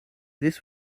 this